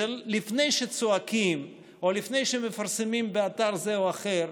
לפני שצועקים או לפני שמפרסמים באתר זה או אחר,